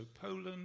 Poland